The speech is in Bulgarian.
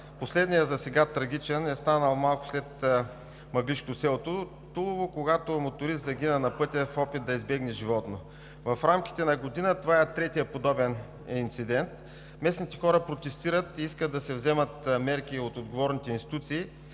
Последният трагичен инцидент е станал малко след мъглижкото село Тулово, когато моторист загина на пътя в опита си да избегне животно. В рамките на година това е третият подобен инцидент. Местните хора протестират и искат да се вземат мерки от отговорните институции,